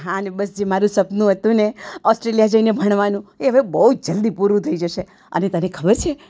હા અને મારું જે સપનું હતું ને ઓસ્ટ્રેલિયા જઈને ભણવાનું એ હવે બહુ જ જલ્દી પૂરું થઈ જશે અને તને ખબર છે